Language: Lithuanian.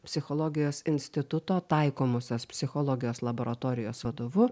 psichologijos instituto taikomosios psichologijos laboratorijos vadovu